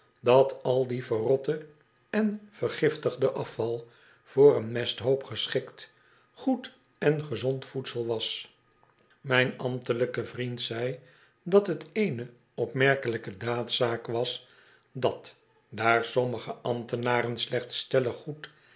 dat al die verrotte en vergiftige afval voor een mesthoop geschikt goed en gezond voedsel was mijn ambtelijke vriend zei dat t eene opmerkelijke daadzaak was dat daar sommige ambtenaren slechts